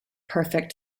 perfect